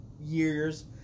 years